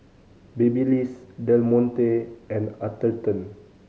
Babyliss Del Monte and Atherton